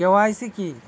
KYC কি?